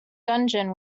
dungeon